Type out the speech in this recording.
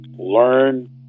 learn